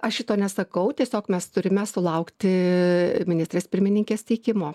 aš šito nesakau tiesiog mes turime sulaukti ministrės pirmininkės teikimo